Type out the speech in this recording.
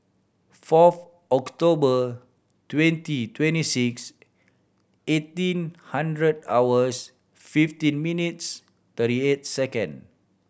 fourth October twenty twenty six eighteen hundred hours fifteen minutes thirty eight second